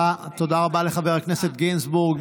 תודה רבה לחבר הכנסת גינזבורג.